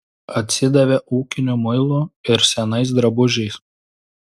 atsidavė ūkiniu muilu ir senais drabužiais